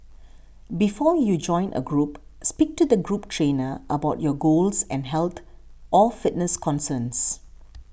before you join a group speak to the group trainer about your goals and health or fitness concerns